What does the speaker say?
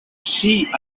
she